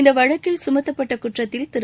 இந்த வழக்கில் கமத்தப்ப்பட்ட குற்றத்தில் திரு